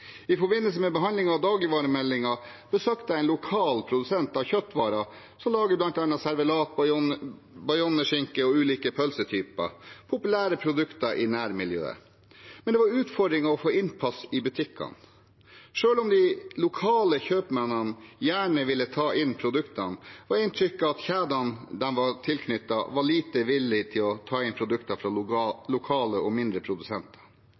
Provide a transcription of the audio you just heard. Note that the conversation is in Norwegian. I forbindelse med behandlingen av dagligvaremeldingen besøkte jeg en lokal produsent av kjøttvarer som lager bl.a. servelat, bayonneskinke og ulike pølsetyper – populære produkter i nærmiljøet. Men utfordringen var å få innpass i butikkene. Selv om de lokale kjøpmennene gjerne ville ta inn produktene, var inntrykket at kjedene de var tilknyttet, var lite villige til å ta inn produkter fra lokale og mindre produsenter.